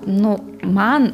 nu man